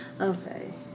Okay